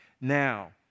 Now